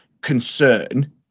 concern